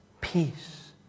peace